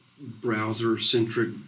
browser-centric